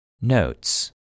Notes